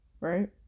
right